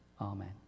amen